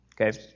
Okay